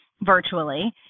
virtually